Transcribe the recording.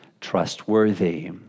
Trustworthy